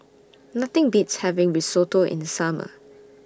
Nothing Beats having Risotto in The Summer